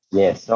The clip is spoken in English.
yes